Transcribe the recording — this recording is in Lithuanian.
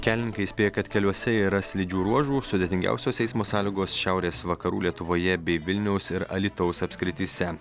kelininkai įspėja kad keliuose yra slidžių ruožų sudėtingiausios eismo sąlygos šiaurės vakarų lietuvoje bei vilniaus ir alytaus apskrityse